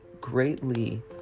greatly